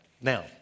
Now